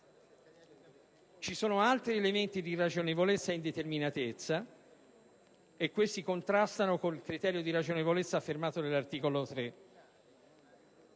Ci sono altri elementi di irragionevolezza e indeterminatezza e questi contrastano con il criterio di ragionevolezza delineato dall'articolo 3